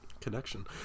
Connection